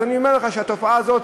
אז אני אומר לך שהתופעה הזאת,